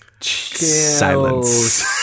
Silence